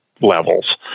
levels